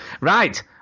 Right